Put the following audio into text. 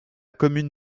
commune